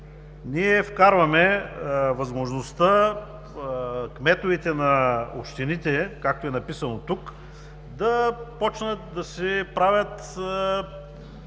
вкарваме възможността кметовете на общините, както е написано, да почнат да си правят